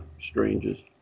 strangers